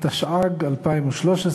התשע"ג 2013,